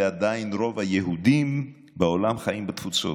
ועדיין רוב היהודים בעולם חיים בתפוצות.